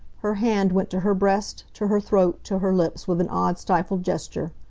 her hand went to her breast, to her throat, to her lips, with an odd, stifled gesture.